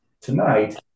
Tonight